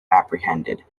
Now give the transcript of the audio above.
apprehended